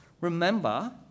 Remember